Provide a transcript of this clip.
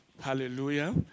Hallelujah